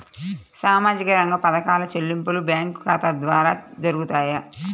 సామాజిక రంగ పథకాల చెల్లింపులు బ్యాంకు ఖాతా ద్వార జరుగుతాయా?